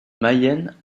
mayenne